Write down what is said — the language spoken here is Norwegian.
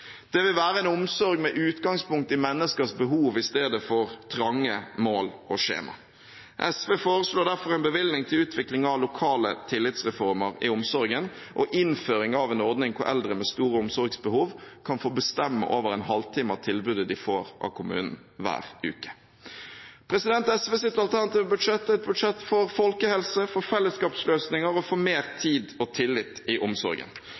Det vil være en omsorg med utgangspunkt i menneskers behov, i stedet for trange mål og skjema. SV foreslår derfor en bevilgning til utvikling av lokale tillitsreformer i omsorgen og innføring av en ordning hvor eldre med store omsorgsbehov kan få bestemme over en halvtime de får av kommunen hver uke. SVs alternative budsjett er et budsjett for folkehelse, for fellesskapsløsninger og for mer tid og tillit i omsorgen.